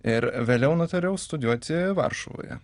ir vėliau nutariau studijuoti varšuvoje